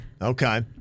okay